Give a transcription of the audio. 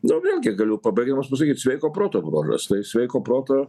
nu ir vėlgi galiu pabaigdamas pasakyt sveiko proto bruožas tai sveiko proto